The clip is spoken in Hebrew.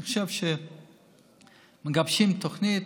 אני חושב שכשמגבשים תוכנית